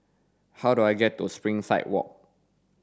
how do I get to Springside Walk